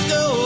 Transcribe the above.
go